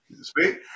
speak